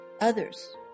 others